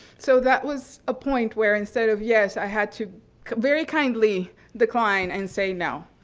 so that was a point where instead of yes, i had to very kindly decline and say no,